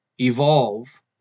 evolve